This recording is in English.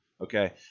okay